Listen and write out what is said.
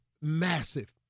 massive